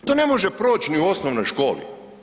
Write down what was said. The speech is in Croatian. To ne može proći ni u osnovnoj školi.